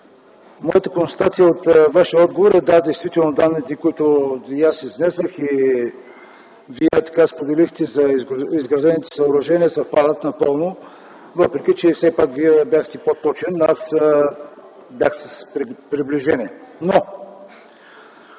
моята констатация от Вашия отговор е, че действително данните, които аз изнесох и Вие споделихте за изградените съоръжения, съвпадат напълно. Въпреки това Вие бяхте по-точен, аз бях с приближение. Искам